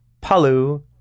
Palu